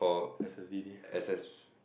S_S_D_D